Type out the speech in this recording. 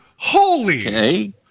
Holy